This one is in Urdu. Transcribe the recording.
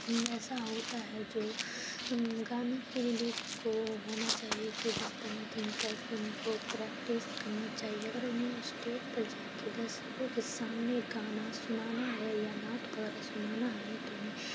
ایسا ہوتا ہے جو گانے کے لیے لوگ کو ہونا چاہیے کہ دس پندرہ دن تک ان کو پریکٹس کرنا چاہیے اگر انہیں اسٹیج پر جا کے درشکوں کے سامنے گانا سنانا ہے یا نعت وغیرہ سنانا ہے تو انہیں